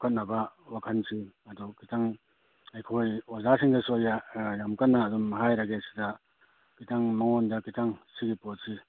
ꯐꯨꯀꯠꯅꯕ ꯋꯥꯈꯟꯁꯤ ꯑꯗꯨ ꯈꯤꯇꯪ ꯑꯩꯈꯣꯏ ꯑꯣꯖꯥꯁꯤꯡꯗꯁꯨ ꯑꯩꯍꯥꯛ ꯌꯥꯝ ꯀꯟꯅ ꯑꯗꯨꯝ ꯍꯥꯏꯔꯒꯦ ꯁꯤꯗ ꯈꯤꯇꯪ ꯃꯉꯣꯟꯗ ꯈꯤꯇꯪ ꯁꯤꯒꯤ ꯄꯣꯠꯁꯤ